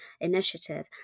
initiative